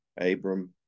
Abram